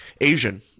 Asian